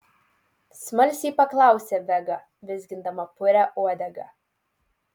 smalsiai paklausė vega vizgindama purią uodegą